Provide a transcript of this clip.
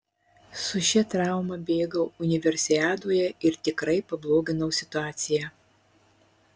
su šia trauma bėgau universiadoje ir tikrai pabloginau situaciją